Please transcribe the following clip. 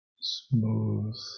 smooth